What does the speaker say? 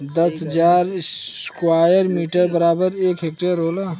दस हजार square metre बराबर एक हेक्टेयर होला